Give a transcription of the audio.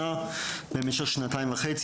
במשך שנתיים וחצי,